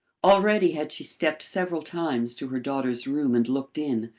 already had she stepped several times to her daughter's room and looked in,